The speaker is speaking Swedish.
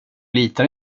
litar